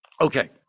Okay